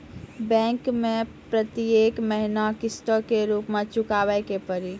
Bank मैं प्रेतियेक महीना किस्तो के रूप मे चुकाबै के पड़ी?